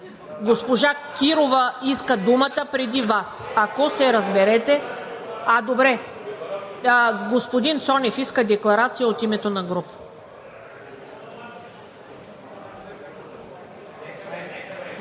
госпожа Кирова иска думата преди Вас. Ако се разберете. Господин Цонев – декларация от името на група.